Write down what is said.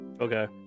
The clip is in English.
Okay